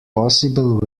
possible